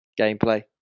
Gameplay